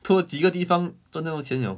tour 几个地方赚那么多钱 liao